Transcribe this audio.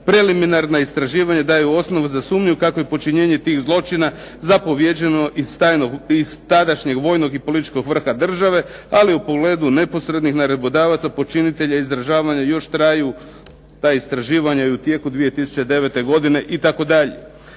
"Preliminarna istraživanja daju osnovu za sumnju kako je počinjenje tih zločina zapovjeđeno iz tadašnjeg vojnog i političkog vrha države, ali u pogledu neposrednih nalogodavaca počinitelja istraživanja još traju i u tijeku 2009. godine itd."